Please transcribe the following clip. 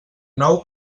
nou